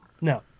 No